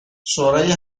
شورای